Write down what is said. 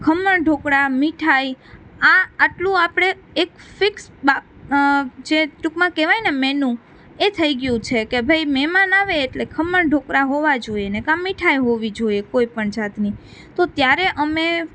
ખમણ ઢોકળા મીઠાઇ આ આટલું આપણે એક ફિક્સ જે ટૂંકમાં કહેવાયને મેનૂ એ થઈ ગયું છે કે ભાઈ મહેમાન આવે એટલે ખમણ ઢોકળા હોવાં જોઈએ ને ક્યાં મીઠાઇ હોવી જોઈએ કોઈ પણ જાતની તો ત્યારે અમે